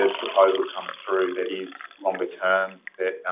ah proposal comes through that is longer term that,